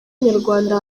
nyarwanda